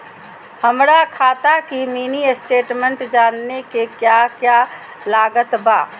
हमरा खाता के मिनी स्टेटमेंट जानने के क्या क्या लागत बा?